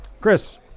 Chris